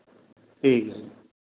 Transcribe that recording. ਠੀਕ ਹੈ ਜੀ